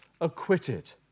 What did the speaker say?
acquitted